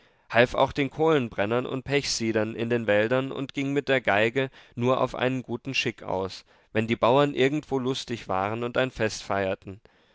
half auch den kohlenbrennern und pechsiedern in den wäldern und ging mit der geige nur auf einen guten schick aus wenn die bauern irgendwo lustig waren und ein fest feierten